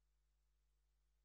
אני קובע שהצעת חוק מיסוי מקרקעין (שבח ורכישה)